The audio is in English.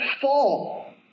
fall